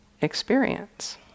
experience